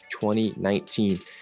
2019